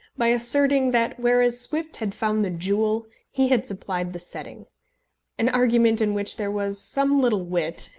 by asserting, that whereas swift had found the jewel he had supplied the setting an argument in which there was some little wit,